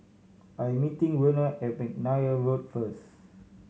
I'm meeting Werner at McNair Road first